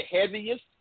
heaviest